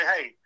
hey